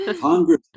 Congress